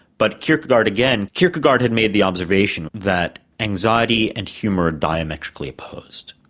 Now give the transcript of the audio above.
but kierkegaard again, kierkegaard had made the observation that anxiety and humour are diametrically opposed,